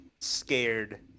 scared